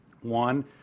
One